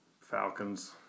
Falcons